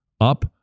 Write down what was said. up